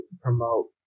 promote